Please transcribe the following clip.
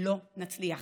לא נצליח.